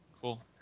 Cool